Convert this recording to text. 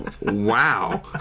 Wow